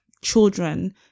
children